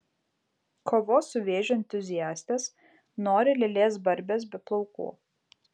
kovos su vėžiu entuziastės nori lėlės barbės be plaukų